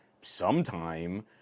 sometime